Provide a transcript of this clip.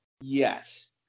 Yes